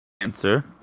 answer